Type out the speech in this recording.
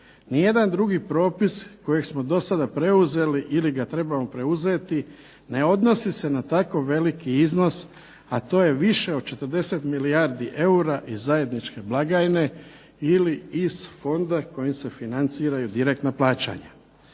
Ni jedan drugi propis kojeg smo do sada preuzeli ili ga trebamo preuzeti ne odnosi se na tako veliki iznos, a to je više od 40 milijardi eura iz zajedničke blagajne ili iz fonda kojim se financiraju direktna plaćanja.